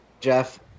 Jeff